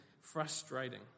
frustrating